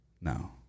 No